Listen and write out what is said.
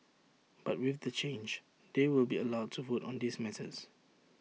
but with the change they will be allowed to vote on these matters